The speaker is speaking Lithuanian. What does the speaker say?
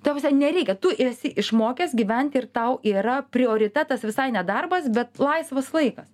ta prasme nereikia tu esi išmokęs gyventi ir tau yra prioritetas visai ne darbas bet laisvas laikas